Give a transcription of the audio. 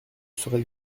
serais